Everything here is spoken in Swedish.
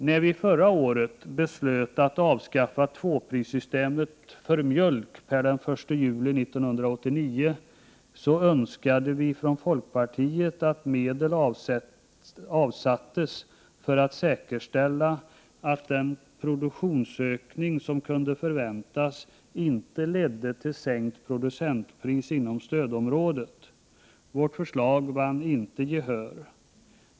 När riksdagen förra året beslöt att avskaffa tvåprissystemet för mjölk per den 1 juli 1989 önskade vi i folkpartiet att medel skulle avsättas för att säkerställa att den produktionsökning som kunde förväntas inte skulle leda till sänkt producentpris inom stödområdet. Vårt förslag vann inte gehör.